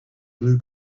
blue